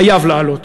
חייב לעלות,